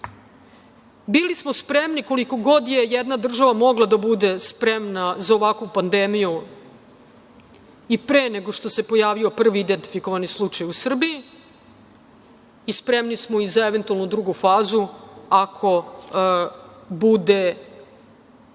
smo spremni koliko god je jedna država mogla da bude spremna za ovakvu pandemiju i pre nego što se pojavio prvi identifikovani slučaj u Srbiji i spremni smo i za eventualno drugu fazu, ako bude